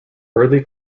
early